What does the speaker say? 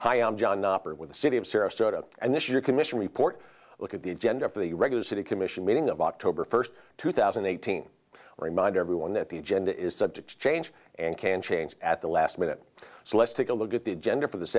hi i'm john with the city of sarasota and this your commission report look at the agenda for the regular city commission meeting of october first two thousand and eighteen remind everyone that the agenda is subject to change and can change at the last minute so let's take a look at the agenda for this